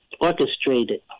orchestrated